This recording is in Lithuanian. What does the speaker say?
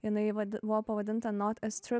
jinai vat buvo pavadinta not a strip